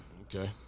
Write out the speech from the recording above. Okay